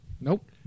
Nope